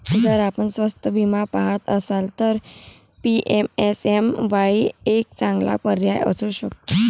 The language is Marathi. जर आपण स्वस्त विमा पहात असाल तर पी.एम.एस.एम.वाई एक चांगला पर्याय असू शकतो